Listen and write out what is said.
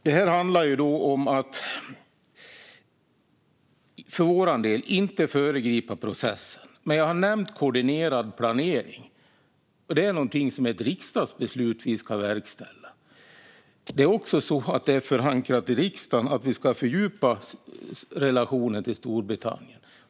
Det här handlar för vår del om att inte föregripa processen, men jag har nämnt koordinerad planering. Det är ett riksdagsbeslut som vi ska verkställa. Det är också förankrat i riksdagen att vi ska fördjupa relationen till Storbritannien.